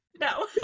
No